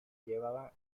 llevaba